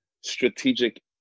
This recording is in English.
strategic